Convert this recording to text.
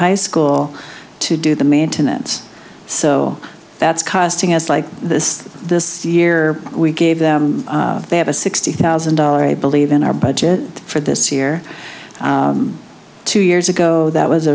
high school to do the maintenance so that's causing us like this this year we gave them they have a sixty thousand dollars i believe in our budget for this year two years ago that was